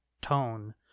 tone